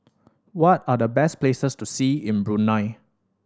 what are the best places to see in Brunei